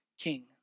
King